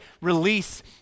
release